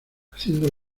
haciendo